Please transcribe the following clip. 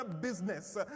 business